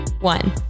one